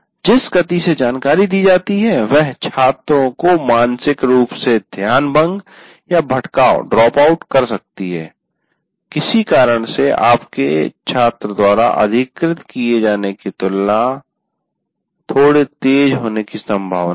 जिस गति से जानकारी दी जाती है वह छात्रों को मानसिक रूप से ध्यान भंगभटकाव ड्रॉप आउट कर सकती है किसी कारण से आपके छात्र द्वारा अधिग्रहित कैप्चर किए जाने की तुलना में थोड़ा तेज़ होने की संभावना है